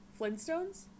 Flintstones